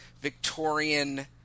Victorian